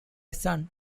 son